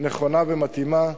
נכונה ומתאימה,